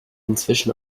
inzwischen